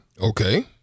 Okay